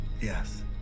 Yes